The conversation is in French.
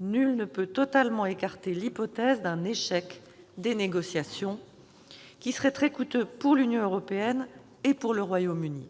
nul ne peut totalement écarter l'hypothèse d'un échec des négociations, qui serait très coûteux pour l'Union européenne et pour le Royaume-Uni.